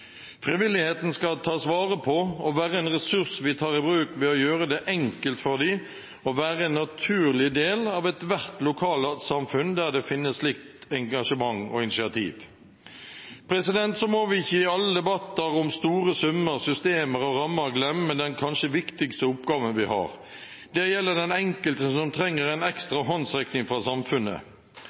Frivilligheten skal tas vare på og være en ressurs vi tar i bruk ved å gjøre det enkelt for dem å være en naturlig del av ethvert lokalsamfunn der det finnes slikt engasjement og initiativ. Så må vi ikke i alle debatter om store summer, systemer og rammer glemme den kanskje viktigste oppgaven vi har. Det gjelder den enkelte som trenger en ekstra håndsrekning fra samfunnet.